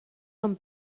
són